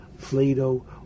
Plato